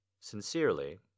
sincerely